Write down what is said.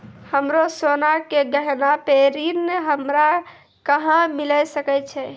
हमरो सोना के गहना पे ऋण हमरा कहां मिली सकै छै?